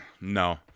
No